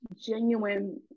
genuine